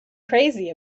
crazy